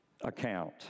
account